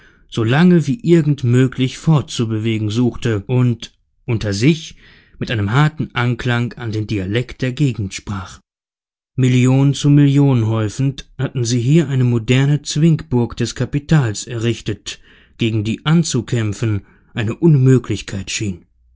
lange wie irgend möglich fortzubewegen suchte und unter sich mit einem harten anklang an den dialekt der gegend sprach million zu million häufend hatten sie hier eine moderne zwingburg des kapitals errichtet gegen die anzukämpfen eine unmöglichkeit schien